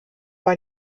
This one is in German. bei